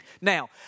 Now